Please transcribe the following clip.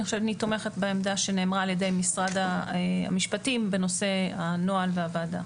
אני תומכת בעמדה שנאמה על ידי משרד המשפטים בנושא של הנוהל והוועדה.